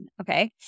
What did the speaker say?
Okay